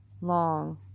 long